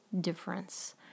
difference